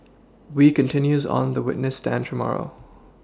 wee continues on the witness stand tomorrow